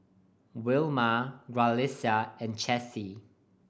Wilma Graciela and Chessie